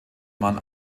man